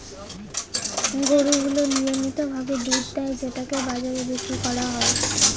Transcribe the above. গরু গুলো নিয়মিত ভাবে দুধ দেয় যেটাকে বাজারে বিক্রি করা হয়